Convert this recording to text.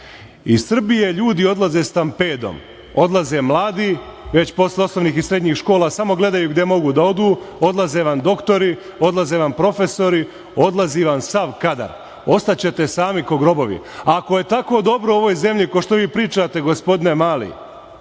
Iz Srbije ljudi odlaze stampedom, odlaze mladi, već posle osnovnih i srednjih škola, samo gledaju gde mogu da odu, odlaze vam doktori, odlaze vam profesori, odlazi vam sav kadar, ostaćete sami ko grobovi. Ako je tako dobro u ovoj zemlji ko što vi pričate, gospodine Mali,